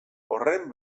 horren